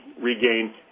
regain